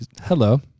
Hello